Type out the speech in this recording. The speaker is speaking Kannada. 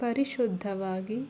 ಪರಿಶುದ್ಧವಾಗಿ